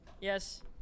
Yes